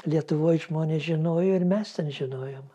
lietuvoj žmonės žinojo ir mes ten žinojom